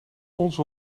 onze